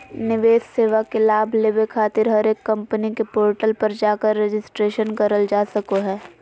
निवेश सेवा के लाभ लेबे खातिर हरेक कम्पनी के पोर्टल पर जाकर रजिस्ट्रेशन करल जा सको हय